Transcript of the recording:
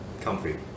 comfy